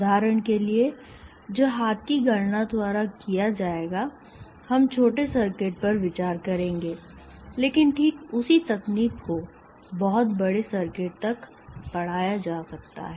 उदाहरण के लिए जो हाथ की गणना द्वारा किया जाएगा हम छोटे सर्किट पर विचार करेंगे लेकिन ठीक उसी तकनीक को बहुत बड़े सर्किट तक बढ़ाया जा सकता है